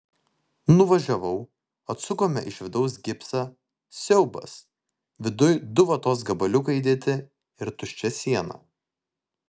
nuvažiavau atsukome iš vidaus gipsą siaubas viduj du vatos gabaliukai įdėti ir tuščia siena